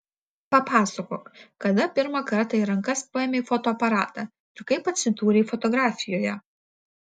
papasakok kada pirmą kartą į rankas paėmei fotoaparatą ir kaip atsidūrei fotografijoje